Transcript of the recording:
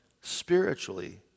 spiritually